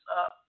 up